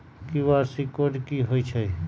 QR code कि हई छई?